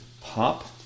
pop